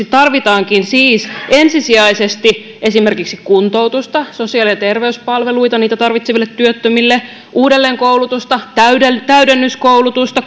tarvitaankin siis ensisijaisesti esimerkiksi kuntoutusta sosiaali ja terveyspalveluita niitä tarvitseville työttömille uudelleenkoulutusta täydennyskoulutusta